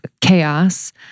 chaos